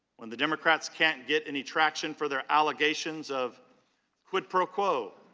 when the democrats cannot get any traction for the allegations of quid pro quo,